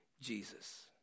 Jesus